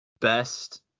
best